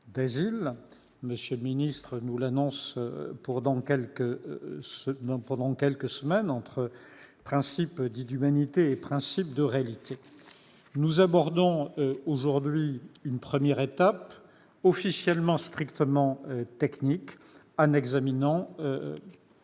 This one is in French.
M. le ministre d'État nous annonce pour dans quelques semaines, entre principe d'humanité et principe de réalité. Nous abordons aujourd'hui une première étape, officiellement strictement technique, en examinant